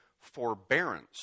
forbearance